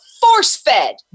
force-fed